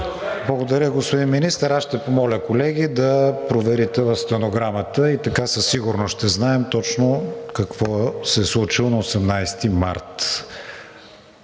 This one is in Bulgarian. Благодаря, господин Министър. Аз ще помоля, колеги, да проверите в стенограмата и така със сигурност ще знаем точно какво се е случило на 18 март.